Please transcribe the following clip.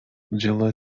җылы